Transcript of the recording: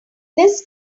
this